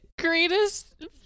greatest